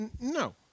No